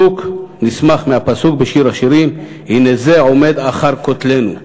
נסמך על הפסוק בשיר השירים: "הנה זה עומד אחר כתלנו".